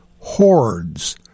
hordes